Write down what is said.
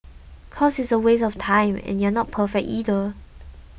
cause it's a waste of time and you're not perfect either